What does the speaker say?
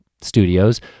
studios